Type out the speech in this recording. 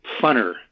funner